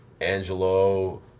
Angelo